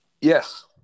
Yes